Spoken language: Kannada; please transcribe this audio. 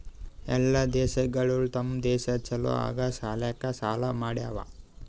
ಎಲ್ಲಾ ದೇಶಗೊಳ್ ತಮ್ ದೇಶ ಛಲೋ ಆಗಾ ಸಲ್ಯಾಕ್ ಸಾಲಾ ಮಾಡ್ಯಾವ್